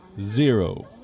Zero